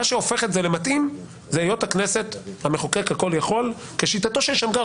מה שהופך את זה למתאים זה היות הכנסת המחוקק הכול יכול כשיטתו של שמגר.